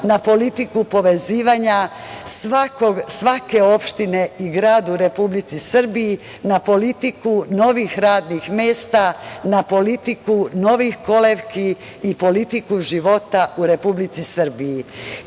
na politiku povezivanja svake opštine i grada u Republici Srbiji, na politiku novih radnih mesta, na politiku novih kolevki i politiku života u Republici